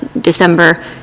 December